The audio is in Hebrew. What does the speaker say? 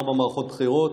ארבע מערכות בחירות,